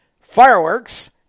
fireworks